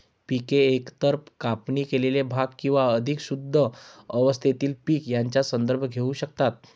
पिके एकतर कापणी केलेले भाग किंवा अधिक शुद्ध अवस्थेतील पीक यांचा संदर्भ घेऊ शकतात